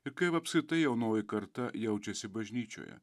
ir kaip apskritai jaunoji karta jaučiasi bažnyčioje